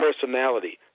personality